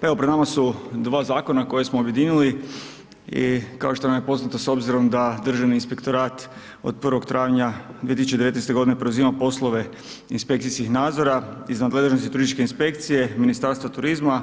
Pa evo pred nama su dva zakona koje smo objedinili i kao što nam je poznato s obzirom da Državni inspektorat od 1. travnja 2019. g. preuzima poslove inspekcijskih nadzora iz nadležnosti turističke inspekcije Ministarstva turizma,